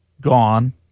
gone